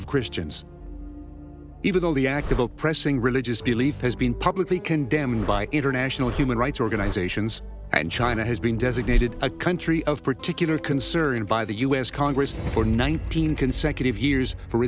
of christians even though the act of oppressing religious beliefs has been publicly condemned by international human rights organizations and china has been designated a country of particular concern by the us congress for nineteen consecutive years for